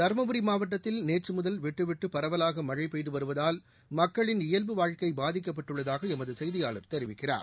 தருமபுரிமாவட்டத்தில் நேற்றுமுதல் விட்டுவிட்டுபரவலாகமழைபெய்துவருவதால் மக்களின் இயல்பு வாழ்க்கைபாதிக்கப்பட்டுள்ளதாகளமதுசெய்தியாளர் தெரிவிக்கிறார்